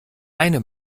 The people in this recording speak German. eine